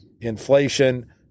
inflation